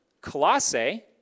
Colossae